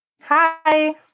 Hi